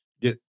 get